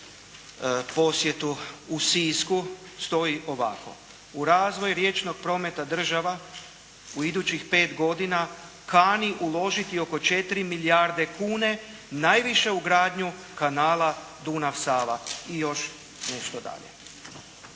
posjetu u Sisku stoji ovako: "U razvoj riječnog prometa država u idućih pet godina kani uložiti oko četiri milijarde kune, najviše ugradnju kanala Dunav Sava i još nešto dalje.